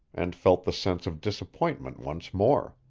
and felt the sense of disappointment once more.